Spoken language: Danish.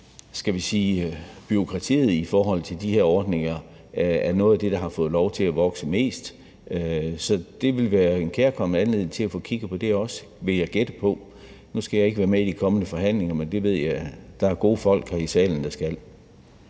vel, at bureaukratiet i forhold til de her ordninger er noget af det, der har fået lov til at vokse mest, så det ville være en kærkommen anledning til at få kigget på det også, vil jeg gætte på. Nu skal jeg ikke være med i de kommende forhandlinger, men det ved jeg der er gode folk her i salen der skal.